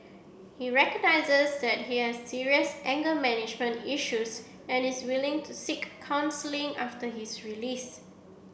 he recognises that he has serious anger management issues and is willing to seek counselling after his release